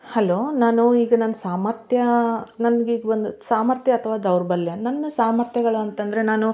hello ನಾನು ಈಗ ನನ್ನ ಸಾಮರ್ಥ್ಯ ನನ್ಗೀಗ ಒಂದು ಸಾಮರ್ಥ್ಯ ಅಥವಾ ದೌರ್ಬಲ್ಯ ನನ್ನ ಸಾಮರ್ಥ್ಯಗಳು ಅಂತಂದರೆ ನಾನು